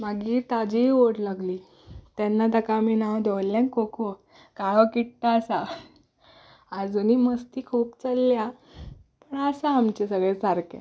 मागीर ताजीय ओड लागली तेन्ना ताका आमी नांव दवरलें कोको काळो किट्ट आसा आजूनय मस्ती खूब चल्ल्या पूण आसा आमचें सगळें सारकें